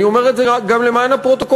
אני אומר את זה גם למען הפרוטוקול,